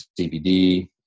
CBD